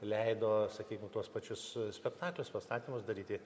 leido sakykim tuos pačius spektaklius pastatymus daryti